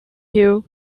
you